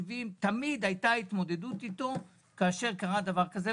תמיד הייתה התמודדות עם אגף התקציבים כאשר קרה דבר כזה,